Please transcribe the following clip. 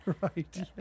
Right